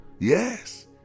Yes